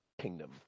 kingdom